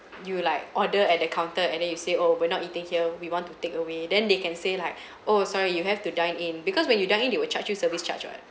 you like order at the counter and then you say oh we're not eating here we want to take away then they can say like oh sorry you have to dine in because when you dine in they will charge you service charge [what]